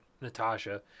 Natasha